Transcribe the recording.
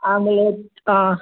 ಆಮೇಲೆ ಹಾಂ